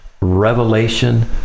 Revelation